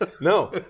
No